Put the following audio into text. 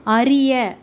அறிய